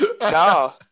No